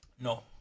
No